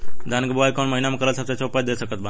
धान के बुआई कौन महीना मे करल सबसे अच्छा उपज दे सकत बा?